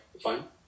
fine